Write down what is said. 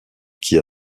qui